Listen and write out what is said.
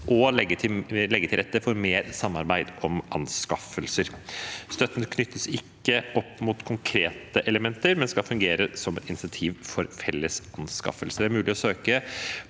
og legge til rette for mer samarbeid om anskaffelser. Støtten knyttes ikke opp mot konkrete elementer, men skal fungere som et insentiv for felles anskaffelser. Det er mulig å søke